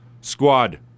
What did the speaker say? Squad